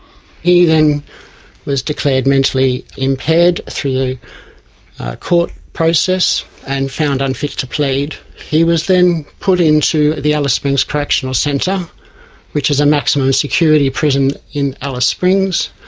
he then was declared mentally impaired through the court process and found unfit to plead. he was then put into the alice springs correctional centre which is a maximum security prison in alice springs,